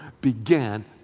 began